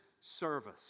service